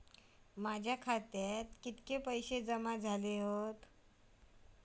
माझ्या खात्यात किती पैसे जमा झाले आसत?